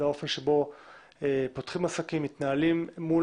זה האופן שבו פותחים עסקים ומתנהלים מול